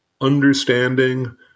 understanding